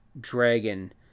Dragon